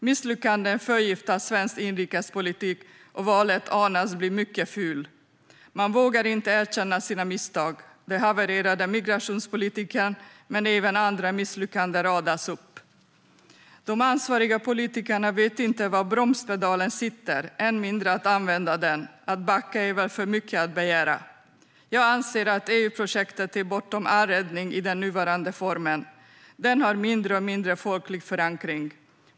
Misslyckandena förgiftar svensk inrikespolitik, och valet anas bli mycket fult. Man vågar inte erkänna sina misstag. Den havererade migrationspolitiken och även andra misslyckanden radas upp. De ansvariga politikerna vet inte var bromspedalen sitter; än mindre använder de den. Att backa är väl för mycket att begära. Jag anser att EU-projektet är bortom all räddning i nuvarande form. Det har mindre och mindre folklig förankring.